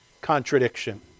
contradiction